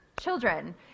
children